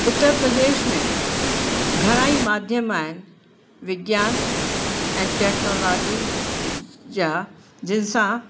उत्तर प्रदेश में घणाई माध्यम आहिनि विज्ञान ऐं टेक्नोलॉजी जा जिनसां